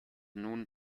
nun